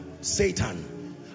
Satan